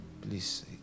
Please